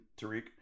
Tariq